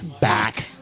back